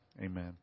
Amen